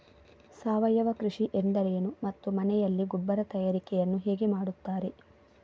ಸಾವಯವ ಕೃಷಿ ಎಂದರೇನು ಮತ್ತು ಮನೆಯಲ್ಲಿ ಗೊಬ್ಬರ ತಯಾರಿಕೆ ಯನ್ನು ಹೇಗೆ ಮಾಡುತ್ತಾರೆ?